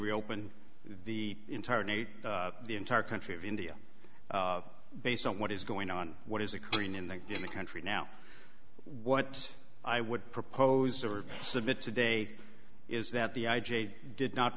reopen the entire the entire country of india based on what is going on what is occurring in the in the country now what i would propose or submit today is that the i j a did not